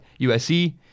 USC